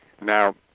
Now